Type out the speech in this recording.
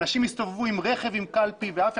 אנשים יסתובבו עם רכב ובתוכו קלפי ואף